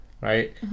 right